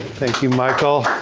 thank you, michael!